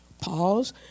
pause